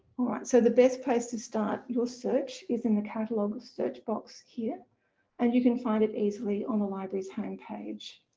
alright so the best place to start your search is in the catalogue's search box here and you can find it easily on the library's homepage.